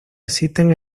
existen